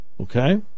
Okay